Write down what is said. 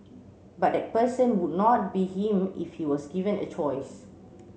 but that person would not be him if he was given a choice